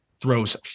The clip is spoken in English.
throws